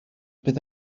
bydd